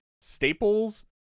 staples